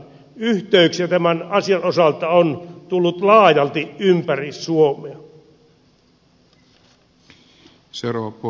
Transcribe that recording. yhteyksiä tämän asian osalta on tullut laajalti ympäri suomea